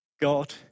God